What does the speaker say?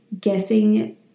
guessing